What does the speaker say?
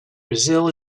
brazil